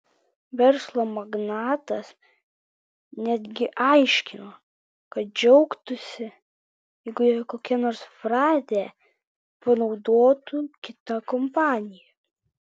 verslo magnatas netgi aiškino kad džiaugtųsi jeigu jo kokią nors frazę panaudotų kita kompanija